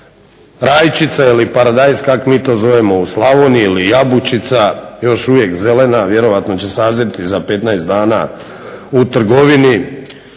Rajčica ili paradajz kak' mi to zovemo u Slavoniji ili jabučica još uvijek zelena. Vjerojatno će sazrijeti za 15 dana u trgovini.